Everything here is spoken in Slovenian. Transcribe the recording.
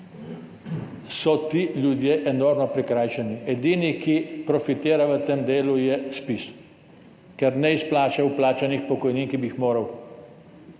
so ti ljudje enormno prikrajšani. Edini, ki profitira v tem delu, je Zpiz, ker ne izplača vplačanih pokojnin, ki bi jih moral.